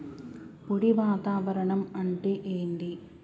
పొడి వాతావరణం అంటే ఏంది?